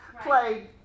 Play